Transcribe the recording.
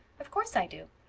of course i do.